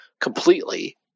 completely